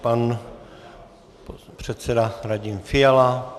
Pan předseda Radim Fiala.